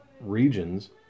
regions